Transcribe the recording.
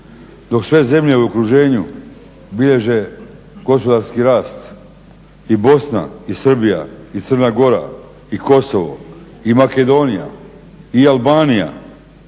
dok sve zemlje u okruženju bilježe gospodarski rad i Bosna i Srbija i Crna Gora i Kosovo i Makedonija i Albanija